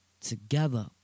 Together